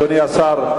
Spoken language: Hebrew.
אדוני השר,